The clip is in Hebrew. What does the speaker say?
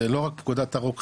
זה לא רק פקודת הרוקחים,